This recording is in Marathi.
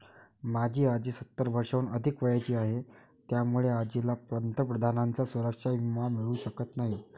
माझी आजी सत्तर वर्षांहून अधिक वयाची आहे, त्यामुळे आजीला पंतप्रधानांचा सुरक्षा विमा मिळू शकत नाही